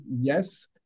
Yes